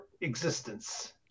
existence